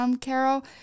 Carol